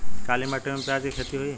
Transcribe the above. काली माटी में प्याज के खेती होई?